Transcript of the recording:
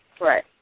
Right